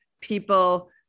people